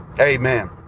Amen